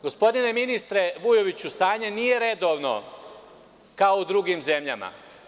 Gospodine ministre Vujoviću, stanje nije redovno kao u drugim zemljama.